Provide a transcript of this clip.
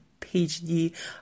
PhD